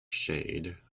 shade